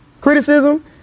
criticism